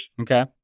Okay